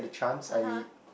(uh huh)